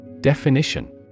Definition